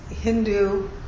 Hindu